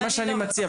בסיכום,